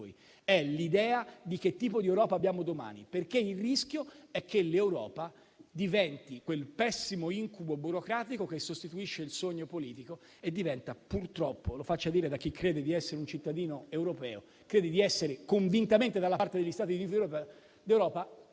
è l'idea di che tipo di Europa avremo domani, perché il rischio è che l'Europa diventi quel pessimo incubo burocratico che sostituisce il sogno politico e diventa, purtroppo (lo faccia dire a chi crede di essere un cittadino europeo, crede di essere convintamente dalla parte degli Stati Uniti d'Europa),